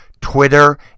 Twitter